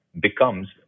becomes